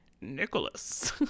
Nicholas